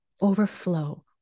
overflow